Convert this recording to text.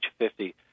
50